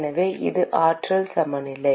எனவே இது ஆற்றல் சமநிலை